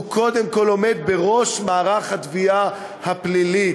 הוא קודם כול עומד בראש מערך התביעה הפלילית.